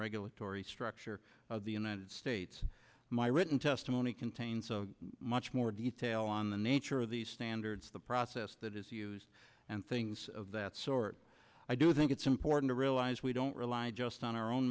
regulatory structure of the united states my written testimony contains so much more detail on the nature of these standards the process that is used and things of that sort i do think it's important to realize we don't rely just on our own